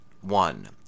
one